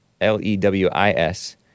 L-E-W-I-S